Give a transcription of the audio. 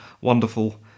wonderful